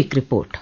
एक रिपोर्ट